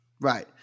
Right